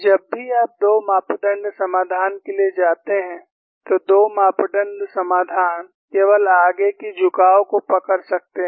जब भी आप दो मापदण्ड समाधान के लिए जाते हैं तो दो मापदण्ड समाधान केवल आगे की झुकाव को पकड़ सकते हैं